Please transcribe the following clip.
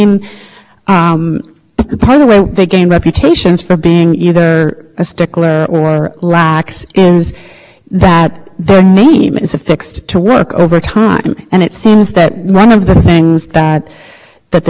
know putting their their reputations on it and there's no question that that's exactly what occurred here that the deputy assistant attorney general signed their own name to the authorization memos the number that takes us to the